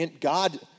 God